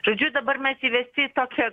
žodžiu dabar mes įvesti tokią